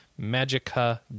Magica